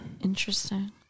Interesting